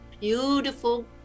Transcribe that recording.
beautiful